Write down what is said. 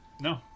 No